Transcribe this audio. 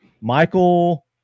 Michael